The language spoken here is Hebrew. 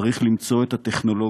צריך למצוא את הטכנולוגיה